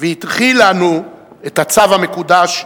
והנחיל לנו את הצו המקודש: